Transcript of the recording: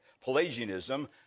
Pelagianism